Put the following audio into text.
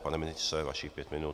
Pane ministře, vašich pět minut.